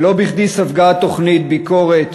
לא בכדי ספגה התוכנית ביקורת